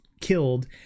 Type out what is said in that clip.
killed